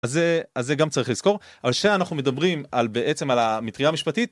אז זה גם צריך לזכור, על שאנחנו מדברים על בעצם על המטרייה המשפטית